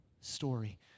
story